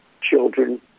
children